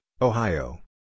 Ohio